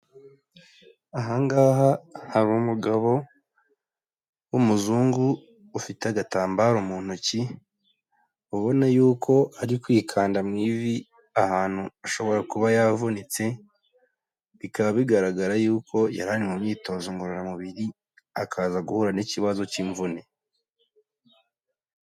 Aha ngaha hari umugabo w'umuzungu ufite agatambaro mu ntoki, ubona yuko ari kwikanda mu ivi ahantu ashobora kuba yavunitse, bikaba bigaragara yuko yari ari mu myitozo ngororamubiri akaza guhura n'ikibazo cy'imvune.